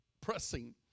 pressing